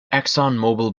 exxonmobil